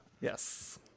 yes